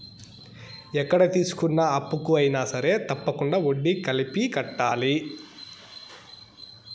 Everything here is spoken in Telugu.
ఎక్కడ తీసుకున్న అప్పుకు అయినా సరే తప్పకుండా వడ్డీ కలిపి కట్టాలి